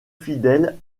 fidèle